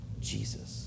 Jesus